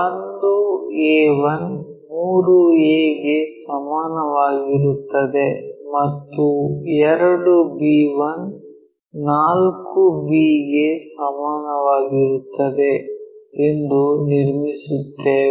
1 a1 3a ಗೆ ಸಮಾನವಾಗಿರುತ್ತದೆ ಮತ್ತು 2 b1 4b ಗೆ ಸಮಾನವಾಗಿರುತ್ತದೆ ಎಂದು ನಿರ್ಮಿಸುತ್ತೇವೆ